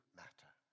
matter